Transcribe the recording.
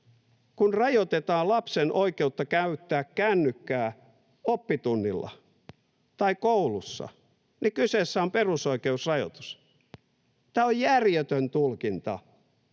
kun rajoitetaan lapsen oikeutta käyttää kännykkää oppitunnilla tai koulussa, niin kyseessä on perusoikeusrajoitus. Tämä on järjetön tulkinta.